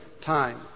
time